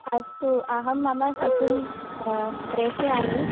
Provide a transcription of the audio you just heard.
अस्तु अहं मम शिशुं प्रेषयामि